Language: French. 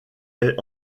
est